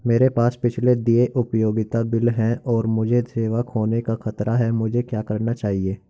मेरे पास पिछले देय उपयोगिता बिल हैं और मुझे सेवा खोने का खतरा है मुझे क्या करना चाहिए?